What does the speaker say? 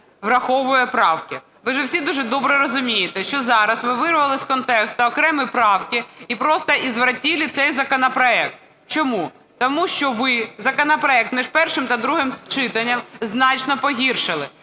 Ви ж всі дуже добре розумієте, що зараз ви вирвали з контексту окремі правки і просто извратили цей законопроект. Чому? Тому що ви законопроект між першим та другим читанням значно погіршили.